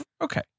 Okay